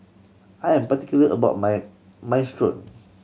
I am particular about my Minestrone